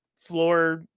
floor